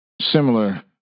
similar